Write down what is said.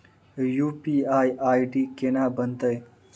UPI ID केना बनतै?